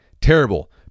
Terrible